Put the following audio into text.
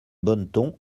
bonneton